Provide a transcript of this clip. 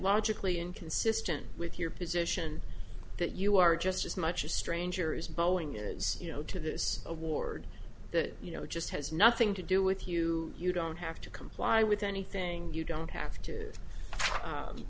logically inconsistent with your position that you are just as much a stranger is boeing is you know to this award that you know just has nothing to do with you you don't have to comply with anything you don't have to